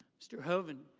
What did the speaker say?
mr. hoven.